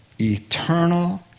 eternal